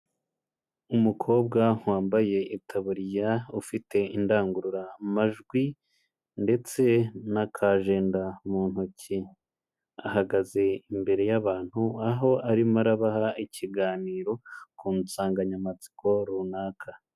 Umukobwa wambaye itaburiya, ufite indangururamajwi ndetse n'akajenda mu ntoki. Ahagaze imbere y'abantu, aho arimo arabaha ikiganiro ku nsanganyamatsiko runaka.